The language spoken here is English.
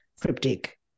cryptic